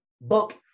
book